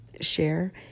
share